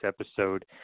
episode